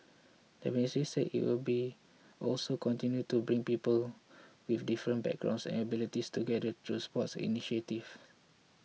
the ministry said it will be also continue to bring people with different backgrounds and abilities together through sports initiatives